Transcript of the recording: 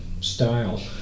style